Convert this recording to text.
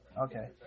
Okay